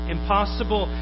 Impossible